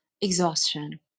exhaustion